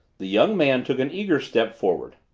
the young man took an eager step forward.